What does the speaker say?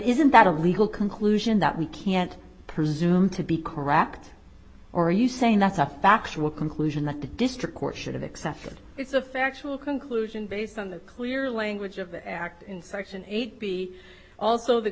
isn't that a lead conclusion that we can't presume to be correct or are you saying that's a factual conclusion that the district court should accept it's a factual conclusion based on the clear language of the act in section eight b also the